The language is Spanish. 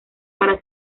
para